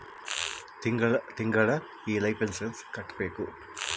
ತಿಂಗಳ ತಿಂಗಳಾ ಈ ಲೈಫ್ ಇನ್ಸೂರೆನ್ಸ್ ಕಟ್ಬೇಕು